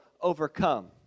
overcome